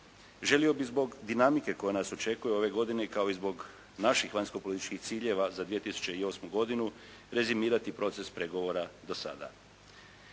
Želio bi zbog dinamike koja nas očekuje ove godine kao i zbog naših vanjskopolitičkih ciljeva za 2008. godinu rezimirati proces pregovora dosada.